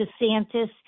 DeSantis